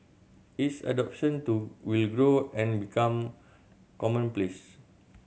its adoption to will grow and become commonplace